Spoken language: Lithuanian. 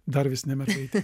dar vis ne mergaitė